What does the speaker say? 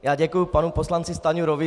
Já děkuji panu poslanci Stanjurovi.